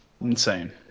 insane